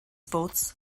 votes